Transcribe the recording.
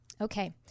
Okay